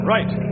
Right